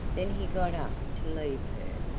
then he got up to leave her,